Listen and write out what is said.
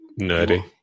nerdy